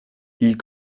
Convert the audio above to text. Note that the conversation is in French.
ils